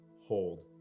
hold